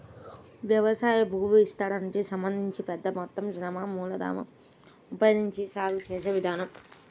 వ్యవసాయ భూవిస్తీర్ణానికి సంబంధించి పెద్ద మొత్తం శ్రమ మూలధనాన్ని ఉపయోగించి సాగు చేసే విధానం